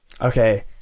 Okay